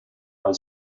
als